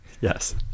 yes